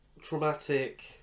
traumatic